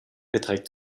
beträgt